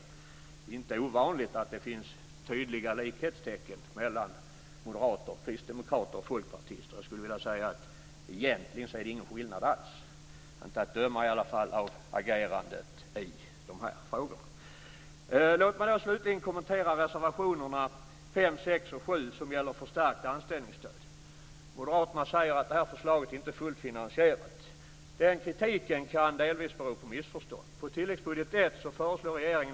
Det är inte ovanligt att det finns tydliga likhetstecken mellan moderater, kristdemokrater och folkpartister. Egentligen är det ingen skillnad alls - inte att döma av agerandet i de här frågorna. Låt mig slutligen kommentera reservationerna 5, 6 Moderaterna säger att förslaget inte är fullt finansierat. Den kritiken kan delvis bero på missförstånd.